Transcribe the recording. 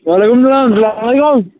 وعلیکُم سلام سلام وعلیکُم